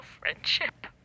friendship